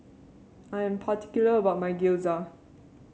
I am particular about my Gyoza